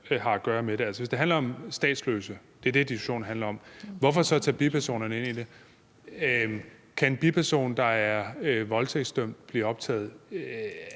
har at gøre med det. Altså, hvis det handler om statsløse – hvis det er det, diskussionen handler om – hvorfor så tage bipersonerne ind i det? Kan en biperson, der er voldtægtsdømt, blive optaget?